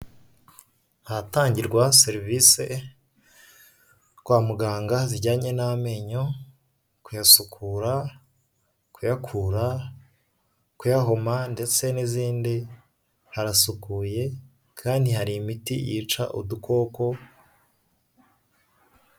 Ahatangirwa serivisi kwa muganga zijyanye n'amenyo kuyasukura, kuyakura, kuyahoma ndetse n'izindi, harasukuye kandi hari imiti yica udukoko.